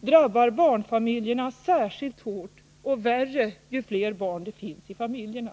drabbar barnfamiljerna särskilt hårt, och värre ju fler barn det finns i familjerna.